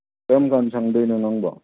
ꯀꯔꯝꯀꯥꯟ ꯁꯪꯗꯣꯏꯅꯣ ꯅꯪꯕꯣ